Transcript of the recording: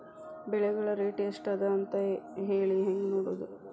ಬೆಳೆಗಳ ರೇಟ್ ಎಷ್ಟ ಅದ ಅಂತ ಹೇಳಿ ಹೆಂಗ್ ನೋಡುವುದು?